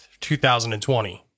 2020